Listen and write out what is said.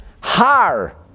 Har